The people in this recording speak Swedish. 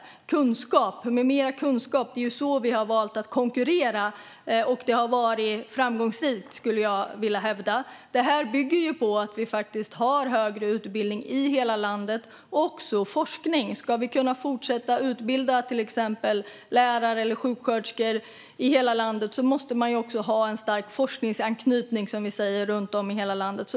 Mer kunskap är ju det sätt som vi har valt att konkurrera på, och det har varit framgångsrikt, skulle jag vilja hävda. Detta bygger på att vi har högre utbildning i hela landet och också forskning. Ska vi kunna fortsätta utbilda till exempel lärare eller sjuksköterskor i hela landet måste man också ha en stark forskningsanknytning runt om i hela landet.